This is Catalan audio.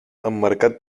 emmarcat